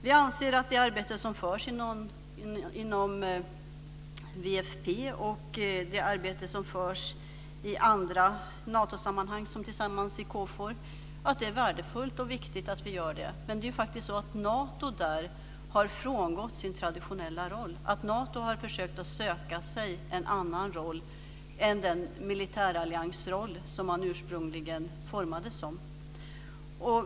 Vi anser att det arbete som sker inom PFP och i andra Natosammanhang, t.ex. KFOR, är värdefullt och viktigt. Men det är faktiskt så att Nato där har frångått sin traditionella roll. Nato har försökt att söka sig en annan roll än den militäralliansroll som man ursprungligen formades för.